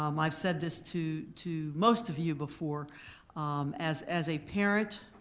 um i've said this to to most of you before as as a parent